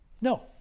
No